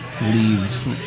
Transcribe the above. Leaves